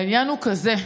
העניין הוא כזה: